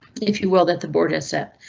if you will, that the board is set.